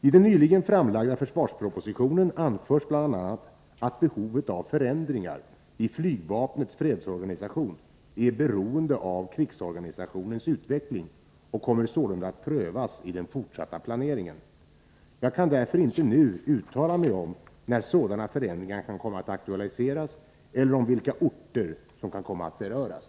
I den nyligen framlagda försvarspropositionen anförs bl.a. att behovet av förändringar i flygvapnets fredsorganisation är beroende av krigsorganisatio nens utveckling och kommer sålunda att prövas i den fortsatta planeringen. Jag kan därför inte nu uttala mig om när sådana förändringar kan komma att aktualiseras eller om vilka orter som kan komma att beröras.